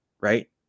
right